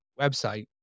website